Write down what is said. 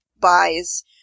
buys